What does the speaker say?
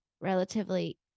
relatively